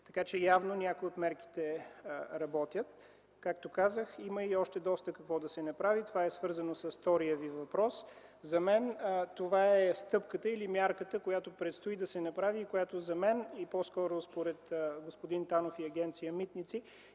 така че явно някои от мерките работят. Както казах, има и още доста какво да се направи. Това е свързано с втория Ви въпрос. За мен това е стъпката или мярката, която предстои да се направи и която според господин Танов и Агенция „Митници”